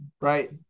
Right